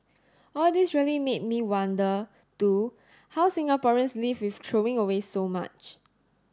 all this really made me wonder too how Singaporeans live with throwing away so much